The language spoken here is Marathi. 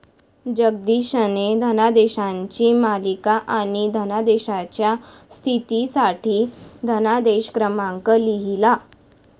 जगदीशने धनादेशांची मालिका आणि धनादेशाच्या स्थितीसाठी धनादेश क्रमांक लिहिला